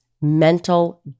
mental